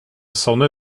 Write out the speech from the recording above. sonne